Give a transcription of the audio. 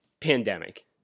pandemic